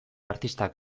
artistak